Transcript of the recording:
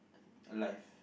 life